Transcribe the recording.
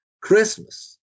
Christmas